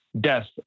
death